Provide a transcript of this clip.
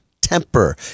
temper